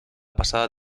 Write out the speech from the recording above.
pasada